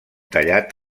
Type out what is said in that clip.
tallat